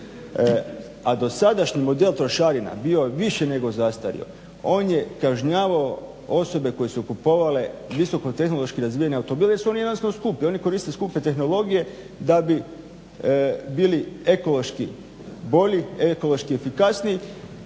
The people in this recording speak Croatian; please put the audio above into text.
a dosadašnji model trošarina bio je više nego zastario, on je kažnjavao osobe koje su kupovale visoko tehnološki razvijene automobile jer su oni jednostavno skupi, oni koriste skupe tehnologije da bi bili ekološki bolji, ekološki efikasniji